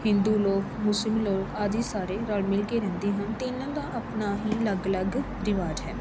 ਹਿੰਦੂ ਲੋਕ ਮੁਸਲਿਮ ਲੋਕ ਆਦਿ ਸਾਰੇ ਰਲ ਮਿਲ ਕੇ ਰਹਿੰਦੇ ਹਨ ਅਤੇ ਇਹਨਾਂ ਦਾ ਆਪਣਾ ਹੀ ਅਲੱਗ ਅਲੱਗ ਰਿਵਾਜ ਹੈ